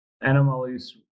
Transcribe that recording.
animals